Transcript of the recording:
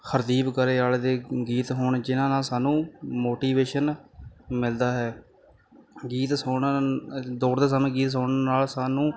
ਹਰਦੀਪ ਗਰੇਵਾਲ ਦੇ ਗੀਤ ਹੁਣ ਜਿਨ੍ਹਾਂ ਨਾਲ ਸਾਨੂੰ ਮੋਟੀਵੇਸ਼ਨ ਮਿਲਦਾ ਹੈ ਗੀਤ ਸੁਣਨ ਅਤੇ ਦੌੜ ਦੇ ਸਮੇਂ ਗੀਤ ਸੁਣਨ ਨਾਲ ਸਾਨੂੰ